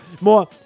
more